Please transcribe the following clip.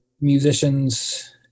musicians